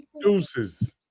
Deuces